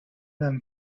then